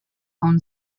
own